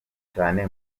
cyane